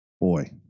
Boy